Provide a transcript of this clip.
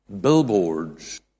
billboards